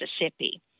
Mississippi